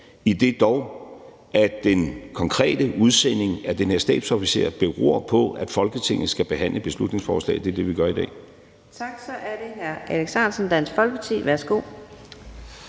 det her, idet den konkrete udsending af den her stabsofficer dog beror på, at Folketinget skal behandle beslutningsforslaget. Det er det, vi gør i dag. Kl. 11:56 Fjerde næstformand (Karina